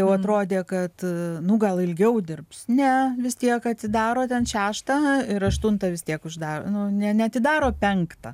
jau atrodė kad nu gal ilgiau dirbs ne vis tiek atsidaro ten šeštą ir aštuntą vis tiek uždaro ne neatidaro penktą